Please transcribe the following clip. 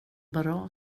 bra